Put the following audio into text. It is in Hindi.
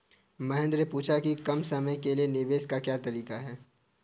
महेन्द्र ने पूछा कि कम समय के लिए निवेश का क्या तरीका है?